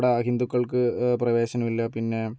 അവിടെ അഹിന്ദുക്കൾക്ക് പ്രവേശനം ഇല്ല പിന്നെ